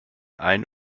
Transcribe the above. ein